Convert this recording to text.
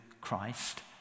Christ